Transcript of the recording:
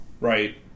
right